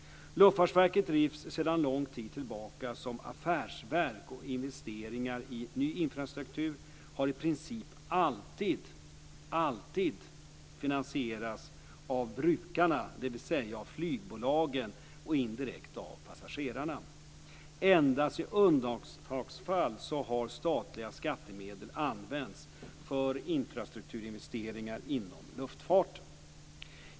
Luftfartsverket drivs sedan lång tid tillbaka som affärsverk, och investeringar i ny infrastruktur har i princip alltid finansierats av brukarna, dvs. av flygbolagen och indirekt av passagerarna. Endast i undantagsfall har statliga skattemedel använts för infrastrukturinvesteringar inom luftfarten.